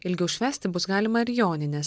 ilgiau švęsti bus galima ir jonines